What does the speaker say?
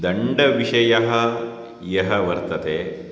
दण्डविषयः यः वर्तते